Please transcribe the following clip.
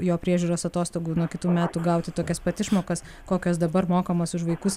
jo priežiūros atostogų nuo kitų metų gauti tokias pat išmokas kokios dabar mokamos už vaikus